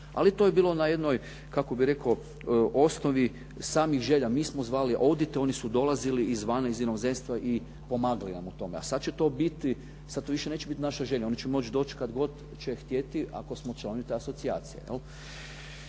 ali to je bilo na jednoj kako bih rekao osnovi samih želja. Mi smo zvali …/Govornik se ne razumije./… oni su dolazili izvana, iz inozemstva i pomagali nam u tome, a sad će to biti, sad to više neće biti naša želja. Oni će moći doći kad god će htjeti ako smo članovi te asocijacije.